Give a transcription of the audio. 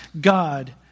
God